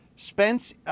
Spence